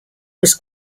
was